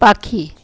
পাখি